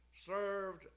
served